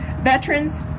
veterans